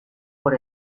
por